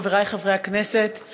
חבריי חברי הכנסת,